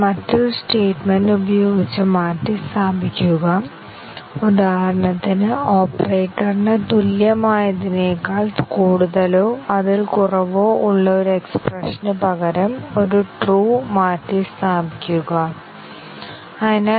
ഇത് നിസ്സാരമായ പ്രോഗ്രാമിന് മാത്രമേ പ്രോഗ്രാം ഘടകങ്ങളുടെ കവറേജിന് കാരണമാകുന്ന ടെസ്റ്റ് ഇൻപുട്ടുകൾ വികസിപ്പിക്കാൻ കഴിയൂ എന്ന് ഞങ്ങൾ പറഞ്ഞത് നിങ്ങൾ ഓർക്കുന്നുവെങ്കിൽ